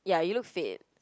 ya you look fit